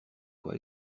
quoi